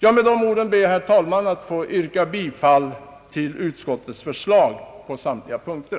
Med dessa ord ber jag, herr talman, att få yrka bifall till utskottets förslag på samtliga punkter.